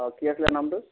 অঁ কি আছিলে নামটো